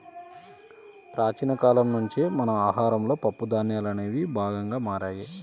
ప్రాచీన కాలం నుంచే మన ఆహారంలో పప్పు ధాన్యాలనేవి భాగంగా మారాయి